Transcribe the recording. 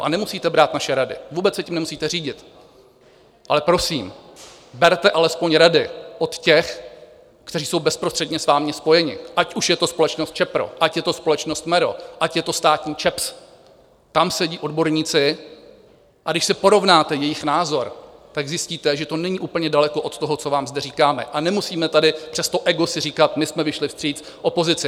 A nemusíte brát naše rady, vůbec se tím nemusíte řídit, ale prosím, berte alespoň rady od těch, kteří jsou bezprostředně s vámi spojeni, ať už je to společnost ČEPRO, ať je to společnost MERO, ať je to státní ČEPS, tam sedí odborníci, a když si porovnáte jejich názor, tak zjistíte, že to není úplně daleko od toho, co vám zde říkáme, a nemusíme tady přes to ego si říkat: My jsme vyšli vstříc opozici.